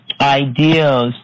ideas